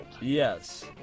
yes